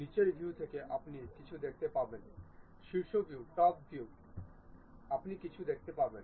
নীচের ভিউ থেকে আপনি কিছু দেখতে পাবেন শীর্ষ ভিউ আপনি কিছু দেখতে পাবেন